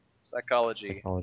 Psychology